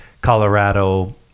Colorado